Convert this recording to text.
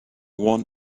one